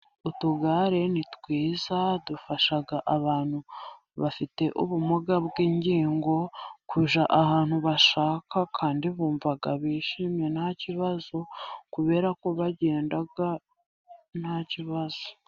Utugare ni twiza dufasha abantu bafite ubumuga bw'ingingo, kujya ahantu bashaka kandi bumva bishimye nta kibazo, kubera ko bagenda nta kibazo.